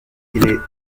les